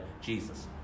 Jesus